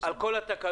על כל התקנות,